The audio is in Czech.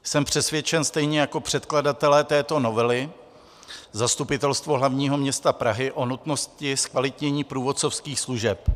Jsem přesvědčen stejně jako předkladatelé této novely, Zastupitelstvo hlavního města Prahy, o nutnosti zkvalitnění průvodcovských služeb.